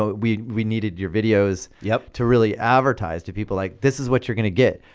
we we needed your videos yeah to really advertise to people like this is what you're gonna get.